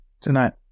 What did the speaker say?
tonight